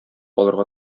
алырга